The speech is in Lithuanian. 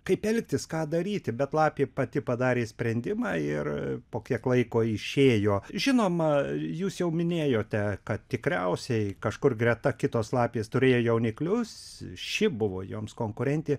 kaip elgtis ką daryti bet lapė pati padarė sprendimą ir po kiek laiko išėjo žinoma jūs jau minėjote kad tikriausiai kažkur greta kitos lapės turėjo jauniklius ši buvo joms konkurentė